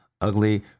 ugly